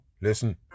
Listen